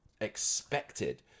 expected